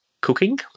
cooking